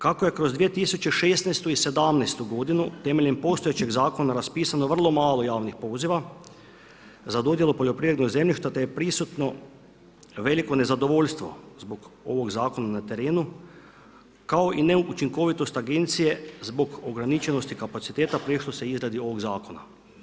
Kako je kroz 2016. i 2017. godinu temeljem postojećeg zakona raspisano vrlo malo javnih poziva za dodjelu poljoprivrednog zemljišta te je prisutno veliko nezadovoljstvo zbog ovog zakona na terenu kao i neučinkovitost agencije zbog ograničenosti kapaciteta prešlo se je izradi ovog zakona.